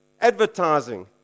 Advertising